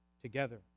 Together